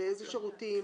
באיזה שירותים